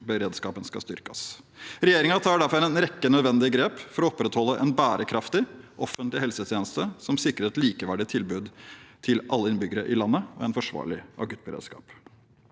akuttberedskapen skal styrkes. Regjeringen tar derfor en rekke nødvendige grep for å opprettholde en bærekraftig offentlig helsetjeneste som sikrer et likeverdig tilbud til alle innbyggere i landet og en forsvarlig akuttberedskap.